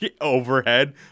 overhead